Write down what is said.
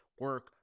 Work